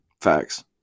Facts